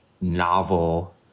novel